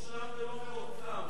לא מדובשם ולא מעוקצם.